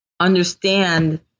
understand